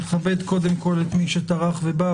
נכבד קודם כל את מי שטרח ובא,